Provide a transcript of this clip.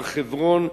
הר-חברון,